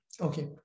Okay